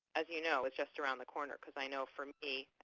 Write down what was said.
as you know, is just around the corner because i know for me,